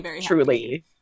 truly